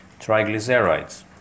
triglycerides